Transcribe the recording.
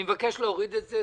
אני מבקש להוריד את זה,